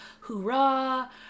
Hoorah